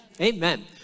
Amen